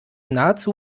nahezu